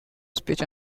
speech